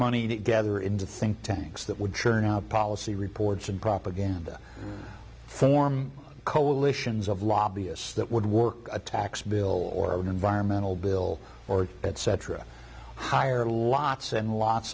money together into think tanks that would churn out policy reports and propaganda form coalitions of lobbyists that would work a tax bill or an environmental bill or etc hire lots and lots